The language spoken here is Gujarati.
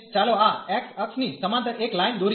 ચાલો આ x અક્ષની સમાંતર એક લાઈન દોરીએ